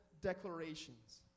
declarations